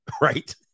right